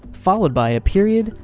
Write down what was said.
followed by a period,